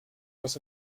was